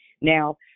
Now